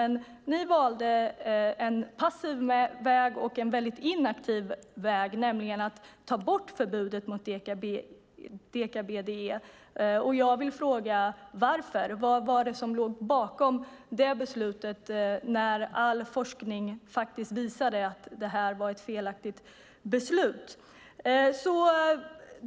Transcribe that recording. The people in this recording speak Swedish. Ni valde i stället en passiv och inaktiv väg, nämligen att ta bort förbudet mot deka-BDE. Varför? Vad var det som låg bakom det beslutet? All forskning visade ju att det var ett felaktigt beslut.